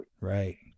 Right